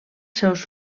seus